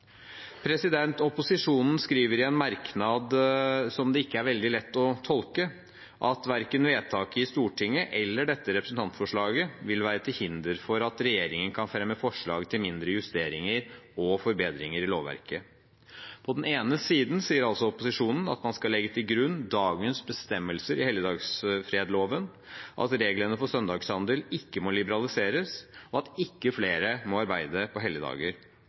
Opposisjonen skriver i en merknad som det ikke er veldig lett å tolke, at verken vedtaket i Stortinget eller dette representantforslaget vil «være til hinder for at regjeringen kan fremme forslag til mindre justeringer og forbedringer i lovverket». På den ene siden sier altså opposisjonen at man skal legge til grunn dagens bestemmelser i helligdagsfredloven, at reglene for søndagshandel ikke må liberaliseres, og at ikke flere må arbeide på